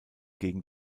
gegen